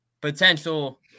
potential